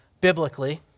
biblically